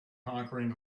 conquering